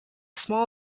small